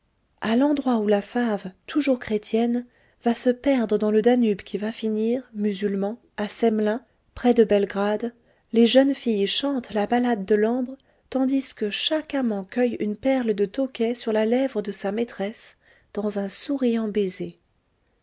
a l'endroit où la save toujours chrétienne va se perdre dans le danube qui va finir musulman à semlin près de belgrade les jeunes filles chantent la ballade de l'ambre tandis que chaque amant cueille une perle de tokay sur la lèvre de sa maîtresse dans un souriant baiser